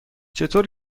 چطور